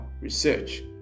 research